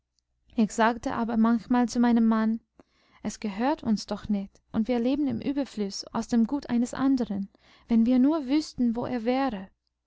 ich sagte aber manchmal zu meinem mann es gehört uns doch nicht und wir leben im überfluß aus dem gut eines anderen wenn wir nur wüßten wo er wäre